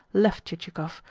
left chichikov,